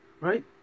Right